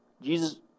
Jesus